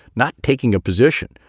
not taking a position,